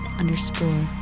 underscore